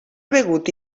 begut